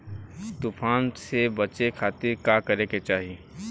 तूफान से बचे खातिर का करे के चाहीं?